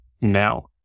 now